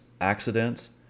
accidents